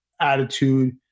attitude